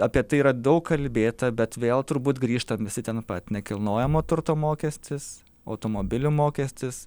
apie tai yra daug kalbėta bet vėl turbūt grįžtam visi ten pat nekilnojamo turto mokestis automobilių mokestis